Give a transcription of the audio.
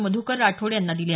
मधुकर राठोड यांना दिल्या